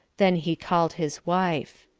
then he called his wife.